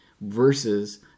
versus